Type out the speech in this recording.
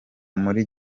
muri